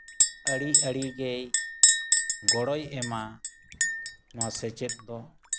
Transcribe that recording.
ᱟᱹᱰᱤ ᱟᱹᱰᱤ ᱜᱮᱭ ᱜᱚᱲᱚᱭ ᱮᱢᱟ ᱱᱚᱣᱟ ᱥᱮᱪᱮᱫ ᱫᱚ